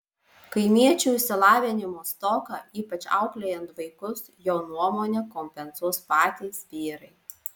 kaimiečių išsilavinimo stoką ypač auklėjant vaikus jo nuomone kompensuos patys vyrai